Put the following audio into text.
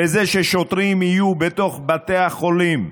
וזה ששוטרים יהיו בתוך בתי החולים.